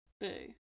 Boo